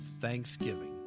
thanksgiving